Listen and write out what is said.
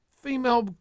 female